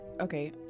okay